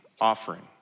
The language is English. offering